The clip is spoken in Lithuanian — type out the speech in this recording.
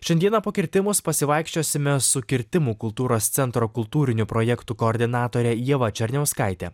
šiandieną po kirtimus pasivaikščiosime su kirtimų kultūros centro kultūrinių projektų koordinatore ieva černiauskaite